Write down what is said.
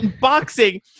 boxing